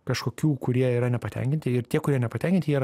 kažkokių kurie yra nepatenkinti ir tie kurie nepatenkinti jie yra